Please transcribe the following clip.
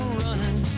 running